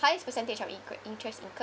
highest percentage of incurred interest incurred